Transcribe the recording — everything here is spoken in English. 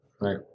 Right